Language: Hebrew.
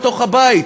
בתוך הבית,